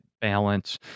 balance